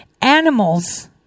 animals